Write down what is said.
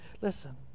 listen